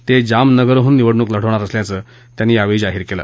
ते जामनगरहन निवडणूक लढवणार असल्याचं त्यांनी यावेळी जाहीर केलं